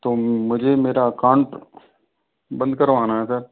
तो मुझे मेरा अकाउंट बंद करवाना है सर